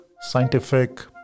scientific